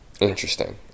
Interesting